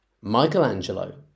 Michelangelo